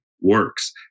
works